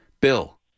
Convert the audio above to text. Bill